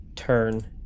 turn